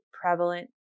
prevalent